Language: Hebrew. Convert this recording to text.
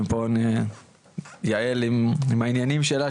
ויעל עם העניינים שלה,